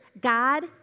God